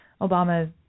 Obama